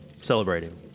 celebrating